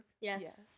Yes